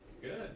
Good